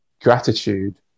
gratitude